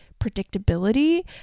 predictability